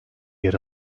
yer